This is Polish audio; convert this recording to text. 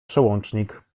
przełącznik